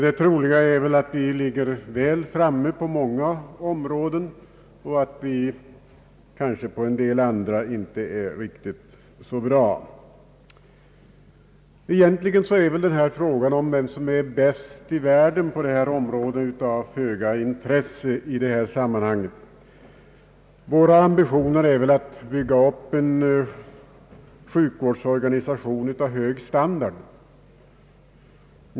Det troliga är att vi ligger väl framme på många områden och att vi på en del andra kanske inte är riktigt så bra. Frågan om vem som är bäst i världen på detta område har egentligen föga intresse i detta sammanhang. Våra ambitioner bör vara att bygga upp en sjukvårdsorganisation av hög standard.